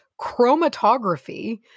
chromatography